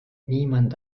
niemand